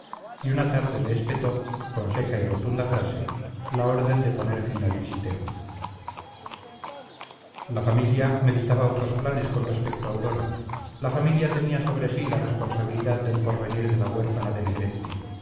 y una tarde le espetó con seca y rotunda frase la orden de poner fin al visiteo la familia meditaba otros planes con respecto a aurora la familia tenía sobre sí la responsabilidad del porvenir de la huérfana de negretti